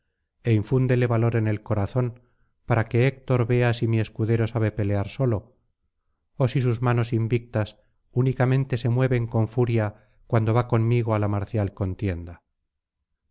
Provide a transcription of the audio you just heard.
infúndele valor en el corazón para que héctor vea si mi escudero sabe pelear solo ó si sus manos invictas únicamente se mueven con furia cuando va conmigo á la marcial contienda